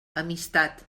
amistat